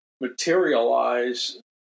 materialize